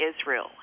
Israel